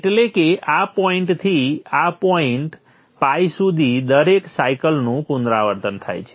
એટલે કે આ પોઈન્ટથી આ પોઈન્ટ ᴨ સુધી દરેક સાયકલનું પુનરાવર્તન થાય છે